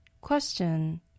Question